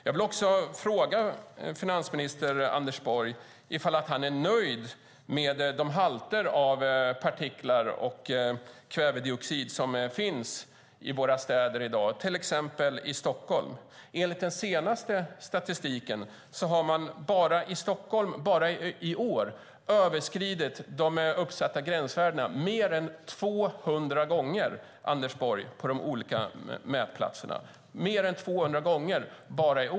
Jag vill fråga finansminister Anders Borg om han är nöjd med de halter av partiklar och kvävedioxid som i dag finns i våra städer, till exempel i Stockholm. Enligt den senaste statistiken har man bara i Stockholm och bara i år överskridit de uppsatta gränsvärdena mer än 200 gånger på de olika mätplatserna, Anders Borg.